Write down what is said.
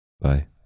Bye